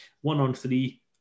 one-on-three